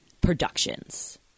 Productions